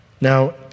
Now